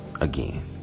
Again